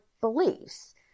beliefs